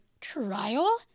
trial